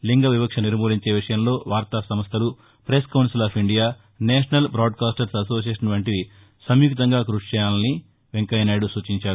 లింగ వివక్ష నిర్మూలించే విషయంలో వార్తా సంస్లలు press council of India national broadcasters association వంటివి సంయుక్తంగా క్పషి చేయాలని సూచించారు